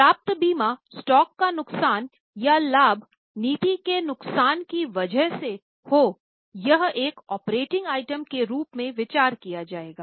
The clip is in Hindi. यह स्टॉक का नुकसान एक ऑपरेटिंग आइटम के रूप में विचार किया जाएगा